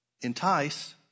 entice